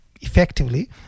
effectively